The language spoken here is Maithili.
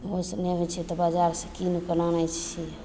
ओहोसँ नहि होइ छै तऽ बजारसँ कीन कऽ आनय छियै